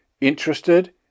interested